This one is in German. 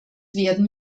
werden